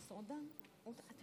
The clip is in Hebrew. שלוש דקות.